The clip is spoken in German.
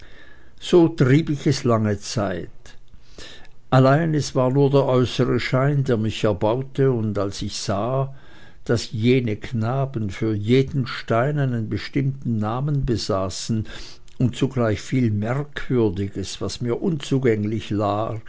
so trieb ich es lange zeit allein es war nur der äußere schein der mich erbaute und als ich sah daß jene knaben für jeden stein einen bestimmten namen besaßen und zugleich viel merkwürdiges was mir unzugänglich war